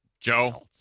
Joe